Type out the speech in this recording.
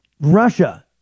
Russia